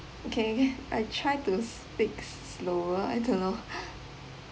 okay I try to speak slower I don't know